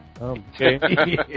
Okay